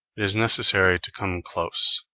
is necessary to come close,